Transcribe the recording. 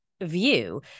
view